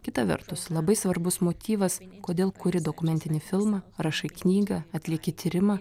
kita vertus labai svarbus motyvas kodėl kuri dokumentinį filmą rašai knygą atlieki tyrimą